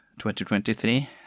2023